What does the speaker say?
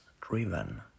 driven